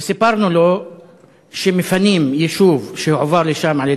סיפרנו לו שמפנים יישוב שהועבר לשם על-פי